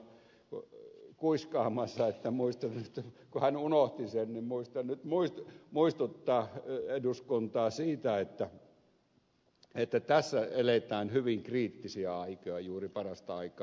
laukkanenkin kävi minulle kuiskaamassa että kun hän unohti sen niin muista nyt muistuttaa eduskuntaa siitä että tässä eletään hyvin kriittisiä aikoja juuri parasta aikaa